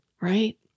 right